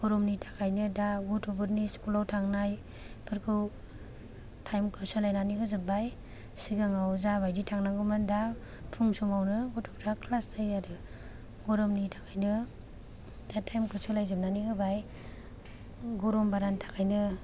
गरमनि थाखायनो दा गथ' फोरनि स्कुलाव थांनाय फोरखौ टाइम खौ सोलायनानै होजोबबाय सिगांआव जा बादि थांनांगौमोन दा फुं समावनो गथ' फोरा क्लास जायो आरो गरमनि थाखायनो दा टाइमखौ सोलाय जोबनानै होबाय गरम बारानि थाखायनो